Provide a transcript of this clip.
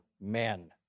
men